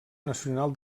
nacional